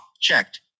Checked